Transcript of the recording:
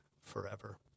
forever